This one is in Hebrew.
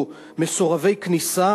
או שהם מסורבי כניסה,